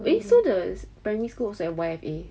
eh so the primary school also have Y_F_A